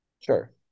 Sure